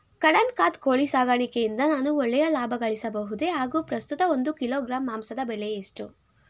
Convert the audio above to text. ಕಡಕ್ನಾತ್ ಕೋಳಿ ಸಾಕಾಣಿಕೆಯಿಂದ ನಾನು ಒಳ್ಳೆಯ ಲಾಭಗಳಿಸಬಹುದೇ ಹಾಗು ಪ್ರಸ್ತುತ ಒಂದು ಕಿಲೋಗ್ರಾಂ ಮಾಂಸದ ಬೆಲೆ ಎಷ್ಟು?